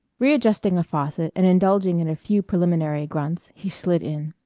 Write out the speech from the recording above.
readjusting a faucet and indulging in a few preliminary grunts, he slid in.